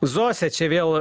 zosė čia vėl